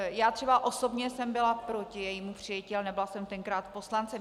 Já třeba osobně jsem byla proti jejímu přijetí, ale nebyla jsem tenkrát poslancem.